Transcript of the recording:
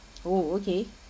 oh okay